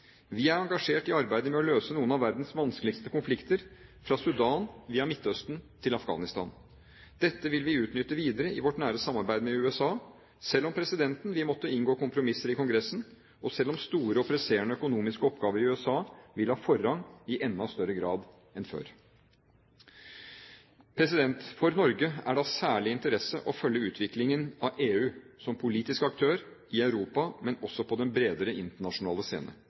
Vi er engasjert i arbeidet med å løse noen av verdens vanskeligste konflikter – fra Sudan via Midtøsten til Afghanistan. Dette vil vi utnytte videre i vårt nære samarbeid med USA, selv om presidenten vil måtte inngå kompromisser i Kongressen, og selv om store og presserende økonomiske oppgaver i USA vil ha forrang i enda større grad enn før. For Norge er det av særlig interesse å følge utviklingen av EU som politisk aktør – i Europa, men også på den bredere internasjonale